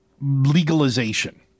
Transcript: legalization